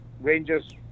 Rangers